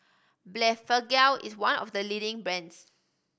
Blephagel is one of the leading brands